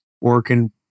working